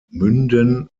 münden